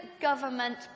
government